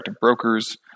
Brokers